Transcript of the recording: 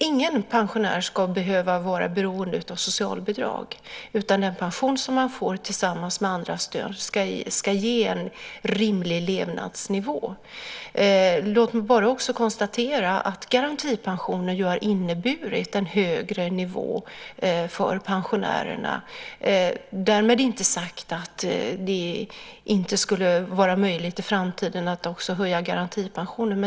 Ingen pensionär ska behöva vara beroende av socialbidrag, utan den pension som man får ska tillsammans med andra stöd ge en rimlig levnadsnivå. Låt mig konstatera att garantipensionen har inneburit en högre nivå för pensionärerna - därmed inte sagt att det inte skulle vara möjligt i framtiden att också höja garantipensionen.